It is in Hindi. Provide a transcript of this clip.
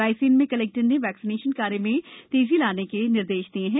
रायसेन में कलेक्टर ने वैक्सीनेशन कार्य में तेजी लाने के निर्देश दिए है